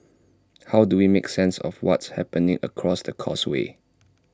how do we make sense of what's happening across the causeway